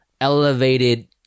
elevated